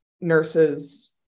nurses